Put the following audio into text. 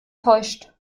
täuscht